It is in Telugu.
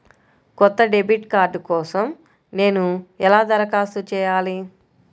కొత్త డెబిట్ కార్డ్ కోసం నేను ఎలా దరఖాస్తు చేయాలి?